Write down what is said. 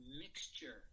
mixture